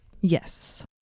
Yes